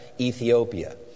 Ethiopia